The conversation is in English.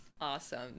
Awesome